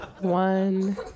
One